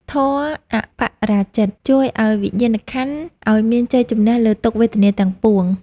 ធម៌ "អបរាជិត" ជួយឱ្យវិញ្ញាណក្ខន្ធឲ្យមានជ័យជម្នះលើទុក្ខវេទនាទាំងពួង។